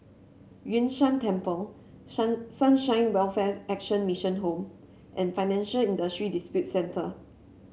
Yun Shan Temple Sunshine Welfare Action Mission Home and Financial Industry Disputes Center